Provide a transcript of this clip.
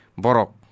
borok